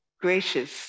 gracious